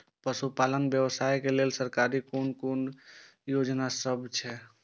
पशु पालन व्यवसाय के लेल सरकारी कुन कुन योजना सब छै?